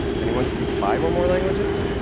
anyone speak five or more languages?